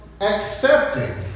accepting